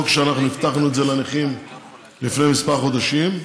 חוק שהבטחנו לנכים לפני כמה חודשים.